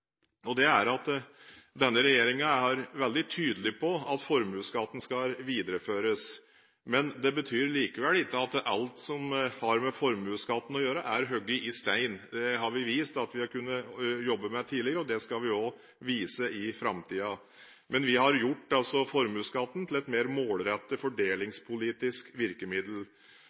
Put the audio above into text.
jeg bare si følgende: Denne regjeringen er veldig tydelig på at formuesskatten skal videreføres, men det betyr ikke at alt som har med formuesskatten å gjøre, er hogd i stein. Det har vi vist at vi har kunnet jobbe med tidligere, og det skal vi også vise i framtiden. Men vi har gjort formuesskatten til et mer målrettet fordelingspolitisk virkemiddel,